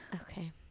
Okay